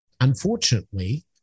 unfortunately